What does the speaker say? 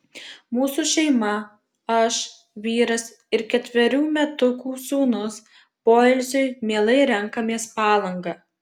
mūsų šeima aš vyras ir ketverių metukų sūnus poilsiui mielai renkamės palangą